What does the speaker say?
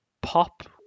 Pop